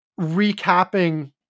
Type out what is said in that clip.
recapping